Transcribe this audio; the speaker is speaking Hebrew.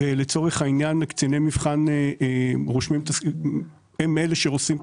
לצורך העניין, קציני מבחן הם אלה שעושים תזכירים.